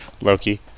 Loki